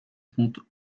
trente